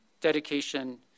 dedication